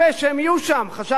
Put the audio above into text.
חשבתי שהם באופוזיציה.